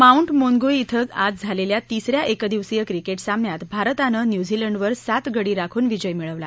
mount Maunganui क्वें आज झालेल्या तिसऱ्या एकदिवसीय क्रिकेट सामन्यात भारतानं न्यूझीलंडवर सात गडी राखून विजय मिळवला